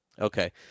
Okay